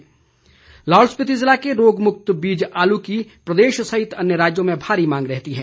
लाहौल आलु लाहौल स्पिति ज़िले के रोगमुक्त बीज आलू की प्रदेश सहित अन्य राज्यों में भारी मांग रहती है